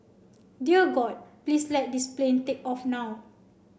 dear God please let this plane take off now